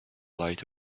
light